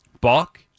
Buck